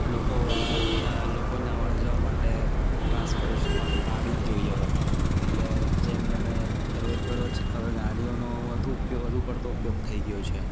લોકો એ લોકોના અવરજવર માટે ટ્રાન્સપોટેશન માટે ગાડી જ જોઈએ હવે એટલે જેમ બને રોજબરોજ હવે ગાડીઓનો વધુ ઉપયો વધુ પડતો ઉપયોગ થઈ ગયો છે